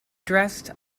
dressed